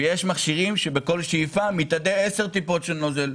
יש מכשירים שבכל שאיפה מתאדות עשר טיפות של נוזל.